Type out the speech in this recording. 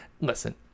listen